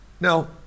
Now